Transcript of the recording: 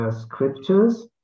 Scriptures